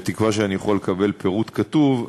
בתקווה שאני יכול לקבל פירוט כתוב,